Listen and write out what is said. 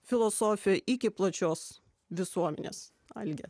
filosofija iki plačios visuomenės algi